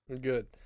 Good